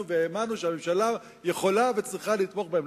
והאמנו שהממשלה יכולה וצריכה לתמוך בהן,